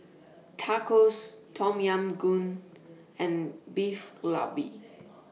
Tacos Tom Yam Goong and Beef Galbi